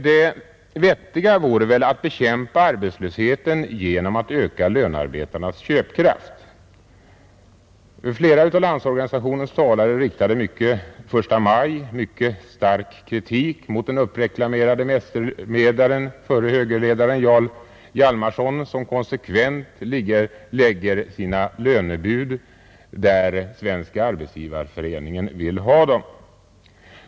Det vettiga vore väl då att bekämpa arbetslösheten genom att öka lönearbetarnas köpkraft. Flera av Landsorganisationens talare riktade på första maj mycket stark kritik mot den uppreklamerade mästermedlaren och förre högerledaren Jarl Hjalmarson, som konsekvent lägger sina lönebud där Svenska arbetsgivareföreningen vill ha dem.